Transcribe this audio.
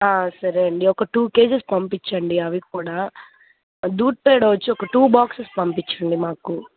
సరే అండి ఒక టూ కే జీస్ పంపించండి అవి కూడా దూద్ పేడ వచ్చి ఒక టూ బాక్సెస్ పంపించండి మాకు